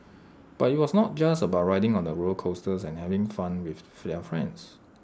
but IT was not just about riding on the roller coasters and having fun with their friends